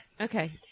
Okay